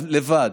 לבד.